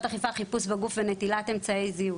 אכיפה חיפוש בגוף ונטילת אמצעי זיהוי).